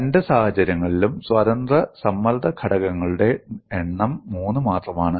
രണ്ട് സാഹചര്യങ്ങളിലും സ്വതന്ത്ര സമ്മർദ്ദ ഘടകങ്ങളുടെ എണ്ണം മൂന്ന് മാത്രമാണ്